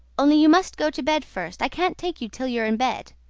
only you must go to bed first. i can't take you till you're in bed.